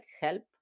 help